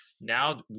Now